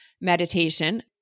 meditation